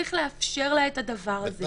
צריך לאפשר לה את הדבר הזה.